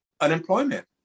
unemployment